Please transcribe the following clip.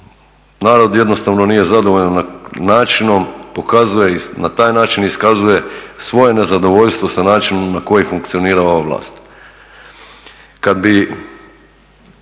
narod jednostavno nije zadovoljan načinom pokazuje i na taj način iskazuje svoje nezadovoljstvo sa načinom na koji funkcionira ova vlast.